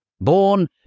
Born